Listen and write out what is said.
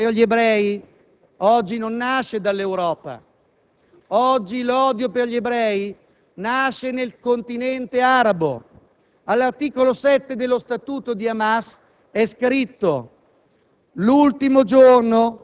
L'odio per gli ebrei oggi non nasce dall'Europa; oggi l'odio per gli ebrei nasce nel continente arabo. All'articolo 7 dello statuto di Hamas, trattando